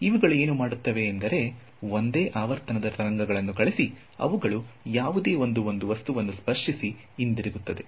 ಇವುಗಳು ಏನು ಮಾಡುತ್ತವೆ ಎಂದರೆ ಒಂದೇ ಆವರ್ತನದ ತರಂಗಗಳನ್ನು ಕಳಿಸಿ ಅವುಗಳು ಯಾವುದೇ ಒಂದು ವಸ್ತುವನ್ನು ಸ್ಪರ್ಶಿಸಿ ಹಿಂದಿರುಗುತ್ತವೆ